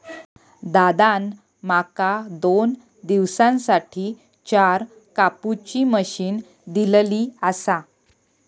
दादान माका दोन दिवसांसाठी चार कापुची मशीन दिलली आसा